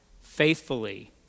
faithfully